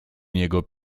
niego